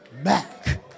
back